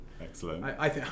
Excellent